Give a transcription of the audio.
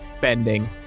bending